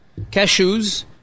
cashews